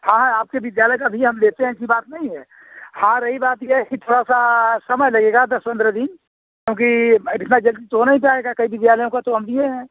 हाँ हाँ आपके विद्यालय का भी हम लेते हैं ऐसी बात नहीं है हाँ रही बात ये है कि थोड़ा सा समय लगेगा दस पन्द्रह दिन क्योंकि अब इतना जल्दी तो हो नहीं पाएगा कई विद्यालयों का तो हम लिए हैं